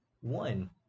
one